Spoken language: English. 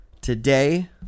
Today